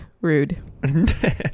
Rude